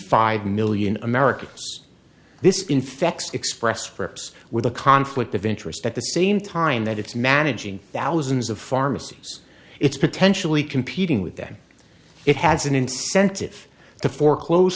five million americans this infects express scripts with a conflict of interest at the same time that it's managing thousands of pharmacies it's potentially competing with them it has an incentive to foreclose